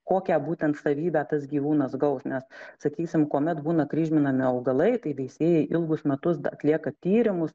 kokią būtent savybę tas gyvūnas gaus nes sakysim kuomet būna kryžminami augalai tai veisėjai ilgus metus atlieka tyrimus